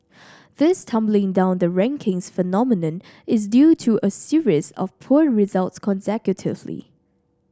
this tumbling down the rankings phenomenon is due to a series of poor results consecutively